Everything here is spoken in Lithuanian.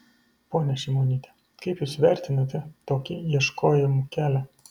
ponia šimonyte kaip jūs vertinate tokį ieškojimų kelią